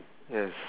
yes